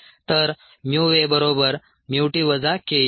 तरA बरोबर T वजा ke आहे